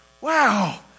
wow